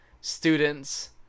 students